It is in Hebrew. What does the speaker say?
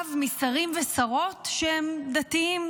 מורכב משרים ושרות שהם דתיים.